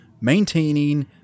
maintaining